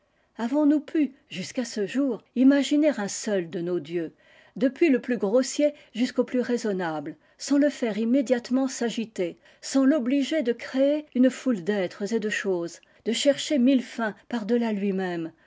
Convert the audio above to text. avons-nous pu jusqu'à ce jour imaginer un seul de nos dieux depuis le plus grossier jusqu'au plus raisonnable sans le faire immédiatement s'agiter sans l'obliger de créer une toule d'êtres et de choses de chercher mille fins par delà lui-même